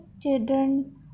children